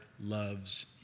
loves